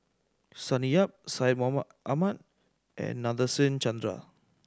Sonny Yap Syed Mohamed Ahmed and Nadasen Chandra